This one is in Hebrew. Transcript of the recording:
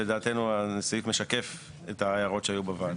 לדעתנו הסעיף משקף את ההערות שהיו בוועדה.